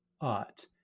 ought